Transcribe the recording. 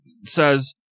says